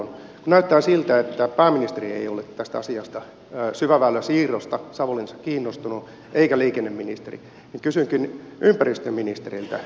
kun näyttää siltä että pääministeri ei ole tästä asiasta syväväylän siirrosta savonlinnassa kiinnostunut eikä liikenneministeri niin kysynkin ympäristöministeriltä